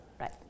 Right